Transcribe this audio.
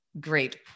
great